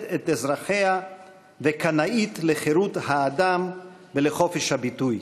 את אזרחיה וקנאית לחירות האדם ולחופש הביטוי,